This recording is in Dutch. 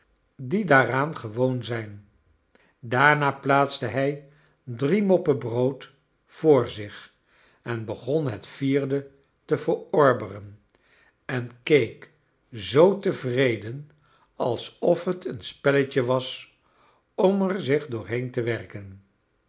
die daaraan gewoon zijn daarna plaatste hij drie moppen brood voor zich en begon het vierde te verorberen en kek zoo tevreden alsof het een speiletje was om er zich doorheen te werken